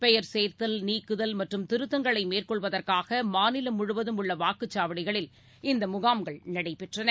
பெயர் சேர்த்தல் நீக்குதல் மற்றும் திருத்தங்களை மேற்கொள்வதற்காக மாநிலம் முழுவதும் உள்ள வாக்குச்சாவடிகளில் இந்த முகாம்கள் நடைபெற்றன